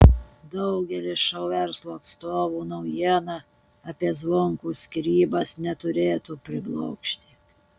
daugelio šou verslo atstovų naujiena apie zvonkų skyrybas neturėtų priblokšti